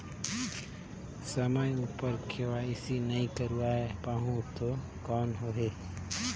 समय उपर के.वाई.सी नइ करवाय पाहुं तो कौन होही?